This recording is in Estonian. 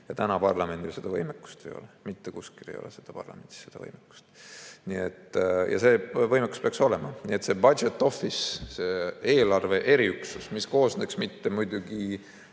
Täna parlamendil seda võimekust ei ole, mitte kuskil ei ole parlamendis seda võimekust. Aga see võimekus peaks olema. Seebudget office, see eelarve-eriüksus ei koosneks muidugi